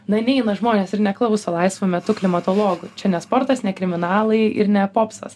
na neina žmonės ir neklauso laisvu metu klimatologų čia ne sportas ne kriminalai ir ne popsas